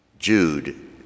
Jude